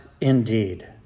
indeed